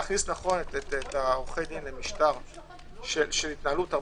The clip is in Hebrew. להכניס את עורכי הדין למשטר שיתנהלו בצורה